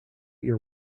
your